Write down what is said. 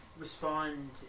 respond